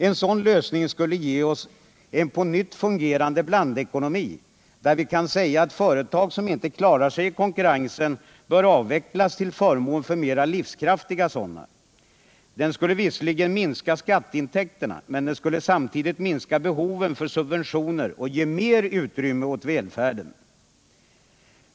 En sådan lösning skulle ge oss en på nytt fungerande blandekonomi, där vi kan säga att företag som inte klarar sig i konkurrensen bör avvecklas till förmån för mer livskraftiga sådana. Den skulle visserligen minska skatteintäkterna, men den skulle samtidigt minska behovet av subventioner och ge mer utrymme åt välfärden.